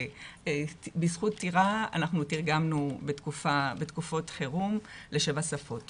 בזכות טירה אנחנו תרגמנו בתקופות חירום לשבע שפות